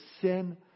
sin